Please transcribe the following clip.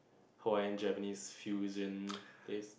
Hawaiian Japanese fusion place